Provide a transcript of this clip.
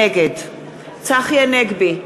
נגד צחי הנגבי,